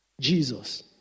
Jesus